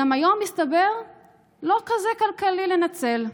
גם היום מסתבר שזה לא כזה כלכלי לנצל.